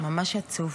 ממש עצוב.